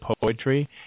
poetry